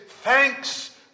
Thanks